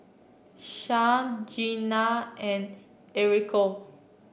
Sharyl Gina and Enrico